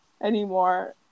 anymore